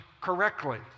correctly